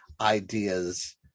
ideas